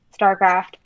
Starcraft